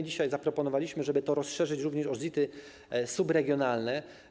Dzisiaj zaproponowaliśmy, żeby to rozszerzyć również o ZIT-y subregionalne.